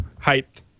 height